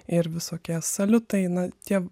ir visokie saliutai na tie